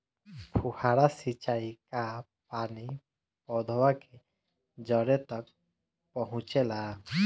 फुहारा सिंचाई का पानी पौधवा के जड़े तक पहुचे ला?